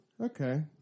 Okay